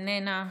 איננה,